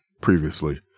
previously